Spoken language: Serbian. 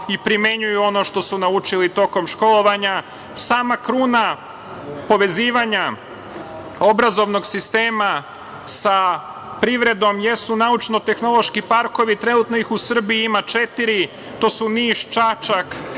i primenjuju ono što su naučili tokom školovanja. Sama kruna povezivanja obrazovnog sistema sa privredom jesu naučno-tehnološki parkovi. Trenutno ih u Srbiji ima četiri - Niš, Čačak,